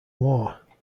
war